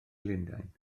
lundain